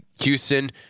Houston